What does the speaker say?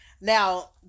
Now